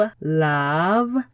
love